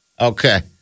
Okay